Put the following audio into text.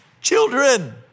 children